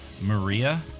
Maria